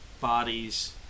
bodies